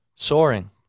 soaring